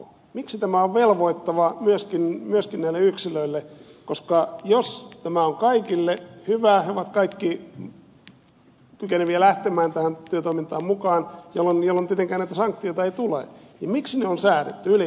miksi tämä on velvoittava myöskin näille yksilöille koska jos tämä on kaikille hyvä he ovat kaikki kykeneviä lähtemään tähän työtoimintaan mukaan jolloin tietenkään näitä sanktioita ei tule niin miksi ne on säädetty ylipäätään